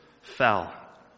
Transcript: fell